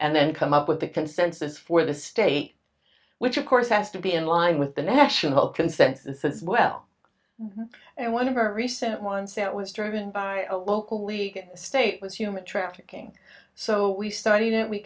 and then come up with a consensus for the state which of course has to be in line with the national consensus as well and one of our recent ones that was driven by a local league state was human trafficking so we